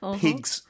pigs